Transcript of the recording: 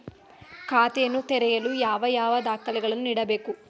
ಖಾತೆಯನ್ನು ತೆರೆಯಲು ಯಾವ ಯಾವ ದಾಖಲೆಗಳನ್ನು ನೀಡಬೇಕು?